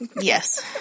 Yes